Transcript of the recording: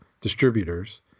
distributors